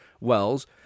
Wells